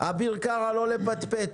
אביר קארה, לא לפטפט.